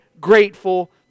Grateful